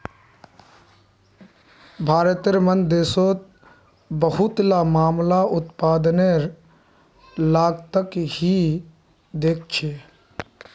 भारतेर मन देशोंत बहुतला मामला उत्पादनेर लागतक ही देखछो